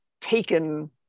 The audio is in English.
taken